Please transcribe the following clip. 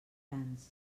grans